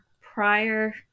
prior